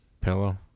pillow